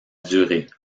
durée